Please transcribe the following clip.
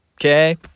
Okay